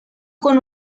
con